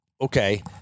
okay